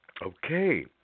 Okay